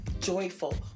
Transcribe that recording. joyful